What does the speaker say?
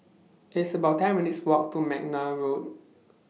It's about ten minutes' Walk to Mcnair Road